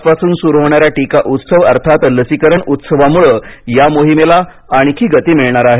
आजपासून सुरु होणाऱ्या टीका उत्सव अर्थात लसीकरण उत्सवामुळे या मोहिमेला आणखी गती मिळणार आहे